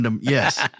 Yes